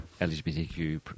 LGBTQ